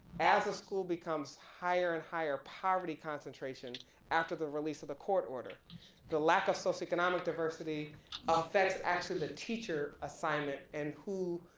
as a school becomes higher and higher poverty concentration after the release of the court order the lack of socioeconomic diversity affects actually the teacher assignment and who